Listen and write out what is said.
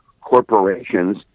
corporations